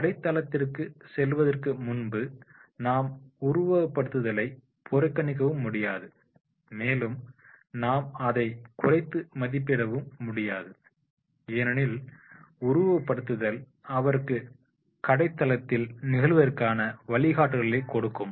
ஆனால் கடை தளத்திற்கு செல்வதற்கு முன்பு நாம் உருவகப்படுத்துதலை புறக்கணிக்கவும் முடியாது மேலும் நாம் அதை குறைத்து மதிப்பிடவும் முடியாது ஏனெனில் உருவகப்படுத்துதல் அவருக்கு படைத்தளத்தில் நிகழ்த்துவதற்கான வழிகாட்டல்களை கொடுக்கும்